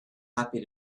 happy